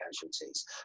casualties